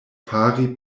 fari